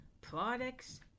products